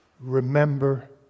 Remember